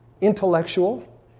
intellectual